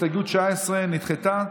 הסתייגות 19 נדחתה.